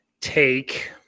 take